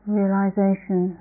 realization